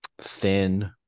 thin